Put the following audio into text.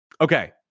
Okay